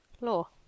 law